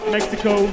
Mexico